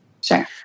Sure